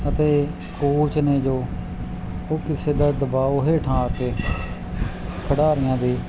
ਅਤੇ ਕੋਚ ਨੇ ਜੋ ਉਹ ਕਿਸੇ ਦਾ ਦਬਾਉ ਹੇਠਾਂ ਆ ਕੇ ਖਿਡਾਰੀਆਂ ਦੇ